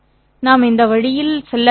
நாம் இந்த வழியில் செல்ல வேண்டாம்